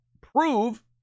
prove